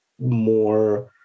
more